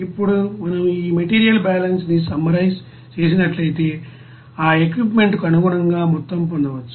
ఇప్పుడు మనం ఈ మెటీరియల్ బ్యాలెన్స్ ని సమ్మె రైజ్ చేసినట్లయితే ఆ ఎక్విప్ మెంట్ కు అనుగుణంగా మొత్తం పొందవచ్చు